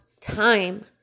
time